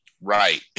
right